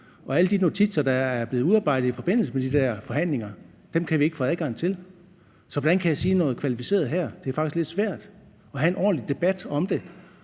Og alle de notitser, der er blevet udarbejdet i forbindelse med de der forhandlinger, kan vi ikke får adgang til. Så hvordan kan jeg sige noget kvalificeret her? Det er faktisk lidt svært at have en ordentlig debat om det,